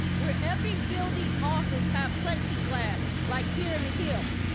will every building office have plexiglass like here in the hill.